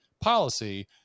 policy